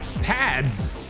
Pads